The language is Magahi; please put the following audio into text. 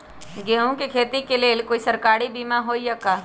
गेंहू के खेती के लेल कोइ सरकारी बीमा होईअ का?